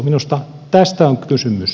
minusta tästä on kysymys